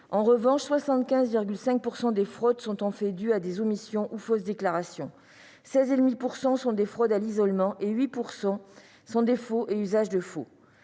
en revanche, 75,5 % des « fraudes » sont en fait dues à des omissions ou à de fausses déclarations, 16,5 % sont des fraudes à l'isolement et 8 % sont des faux et usages de faux.